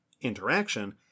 Interaction